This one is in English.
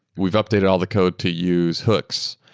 we've updated all the code to use hooks.